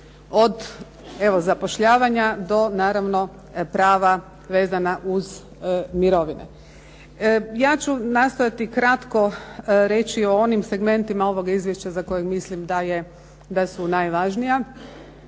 evo zapošljavanja do naravno prava vezana uz mirovine. Ja ću nastojati kratko reći o onim segmentima ovoga izvješća za kojeg mislim da su najvažnija